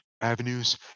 avenues